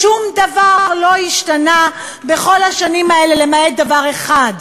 שום דבר לא השתנה בכל השנים האלה, למעט דבר אחד,